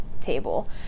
table